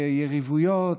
ביריבויות,